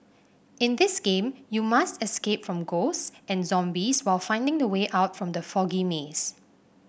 in this game you must escape from ghost and zombies while finding the way out from the foggy maze